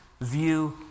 view